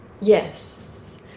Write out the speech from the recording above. Yes